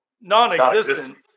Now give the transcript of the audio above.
non-existent